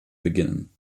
beginnen